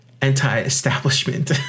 anti-establishment